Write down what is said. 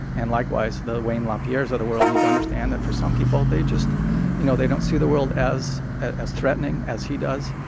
and likewise, the wayne lapierres of the world need to understand that for some people, they just you know, they don't see the world as as threatening as he does.